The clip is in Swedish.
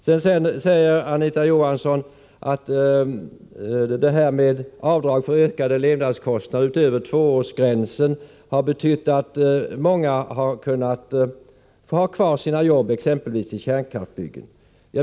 Sedan säger Anita Johansson att avdrag för ökade levnadskostnader utöver tvåårsgränsen har betytt att många har kunnat få ha kvar sina jobb, exempelvis vid kärnkraftsbyggen.